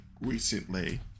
recently